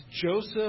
Joseph